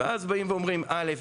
ואז באים ואומרים א',